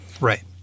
Right